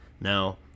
Now